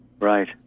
Right